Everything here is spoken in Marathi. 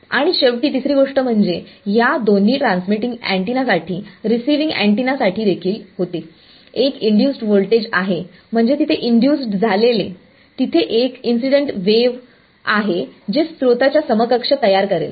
आणि शेवटी तिसरी गोष्ट म्हणजे ह्या दोन्ही ट्रान्समिटींग अँटीना साठी रिसिविंग अँटिना साठी देखील होते एक इंड्युसड् व्होल्टेज आहे म्हणजे तिथे इंड्युसड् झालेले तिथे एक इन्सिडेंट वेवआहे जे स्त्रोताच्या समकक्ष तयार करेल